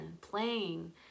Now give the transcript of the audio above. playing